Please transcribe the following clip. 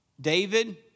David